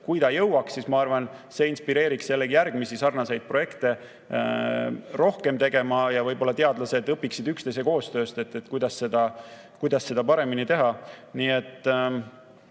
Kui ta jõuaks, siis ma arvan, et see inspireeriks jällegi järgmisi sarnaseid projekte rohkem tegema ja võib-olla teadlased õpiksid üksteise koostööst, kuidas seda paremini teha.